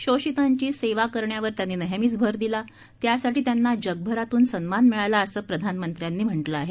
शोषितांची सेवा करण्यावर त्यांनी नेहमीच भर दिला त्यासाठी त्यांना जगभरातून सन्मान मिळाला असं प्रधानमंत्र्यांनी म्हटलं आहे